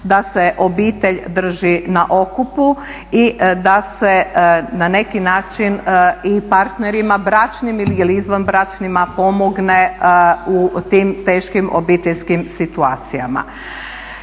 da se obitelj drži na okupu i da se na neki način i partnerima, bračnim ili izvanbračnima pomogne u tim teškim obiteljskim situacijama.